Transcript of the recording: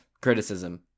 criticism